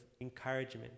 encouragement